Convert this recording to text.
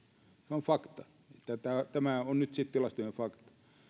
on fakta tämä on nyt sitten tilastollinen fakta